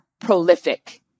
prolific